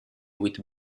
with